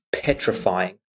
petrifying